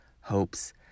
hopes